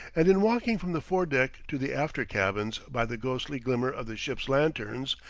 and in walking from the foredeck to the after-cabins by the ghostly glimmer of the ship's lanterns,